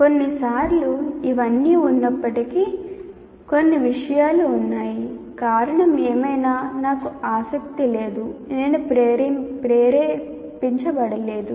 కొన్నిసార్లు ఇవన్నీ ఉన్నప్పటికీ కొన్ని విషయాలు ఉన్నాయి కారణం ఏమైనా నాకు ఆసక్తి లేదు నేను ప్రేరేపించబడలేదు